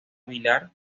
villar